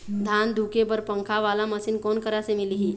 धान धुके बर पंखा वाला मशीन कोन करा से मिलही?